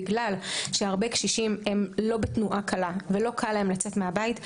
בגלל שהרבה קשישים הם לא בתנועה קלה ולא קל להם לצאת מהבית,